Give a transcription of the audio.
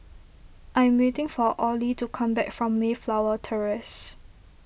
I am waiting for Orley to come back from Mayflower Terrace